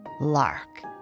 Lark